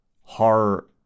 horror